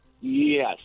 Yes